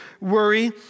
worry